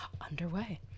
underway